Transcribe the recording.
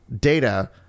data